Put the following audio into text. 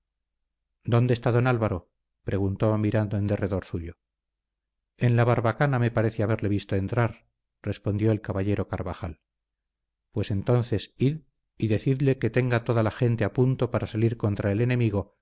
dónde está don álvaro preguntó mirando en derredor suyo en la barbacana me parece haberle visto entrar respondió el caballero carvajal pues entonces id y decidle que tenga toda la gente a punto para salir contra el enemigo